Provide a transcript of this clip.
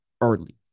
early